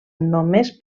només